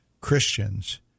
Christians